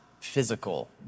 physical